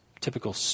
Typical